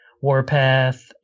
warpath